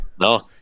No